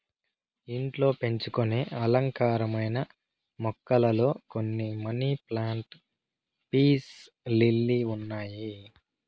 ఇంట్లో పెంచుకొనే అలంకారమైన మొక్కలలో కొన్ని మనీ ప్లాంట్, పీస్ లిల్లీ ఉన్నాయి